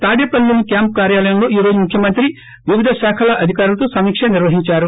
తాడేపల్లిలోని క్యాంప్ కార్యాలయంలో ఈ రోజు ముఖ్యమంత్రి వివిధ శాఖల అధికారులతో సమీక్ష నిర్వహించారు